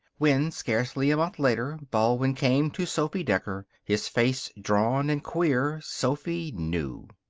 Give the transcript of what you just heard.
when, scarcely a month later, baldwin came to sophy decker, his face drawn and queer, sophy knew.